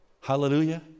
Hallelujah